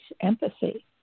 empathy